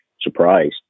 surprised